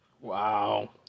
Wow